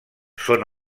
són